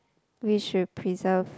we should preserve